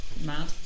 mad